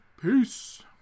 peace